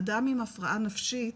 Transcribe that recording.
אדם עם הפרעה נפשית